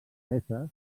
peces